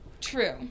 True